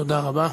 תודה רבה.